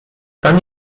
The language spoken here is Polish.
pan